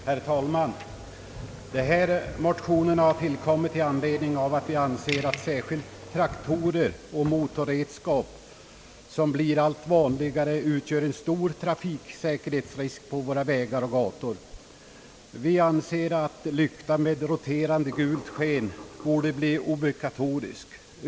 Herr talman! Motionerna I: 423 och 11: 533 har tillkommit därför att vi anser att särskilt traktorer och motorredskap, som blir allt vanligare på våra vägar och gator, utgör en stor trafiksäkerhetsrisk. Vi anser att lykta med roterande gult sken borde bli obligatorisk.